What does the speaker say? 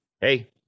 Hey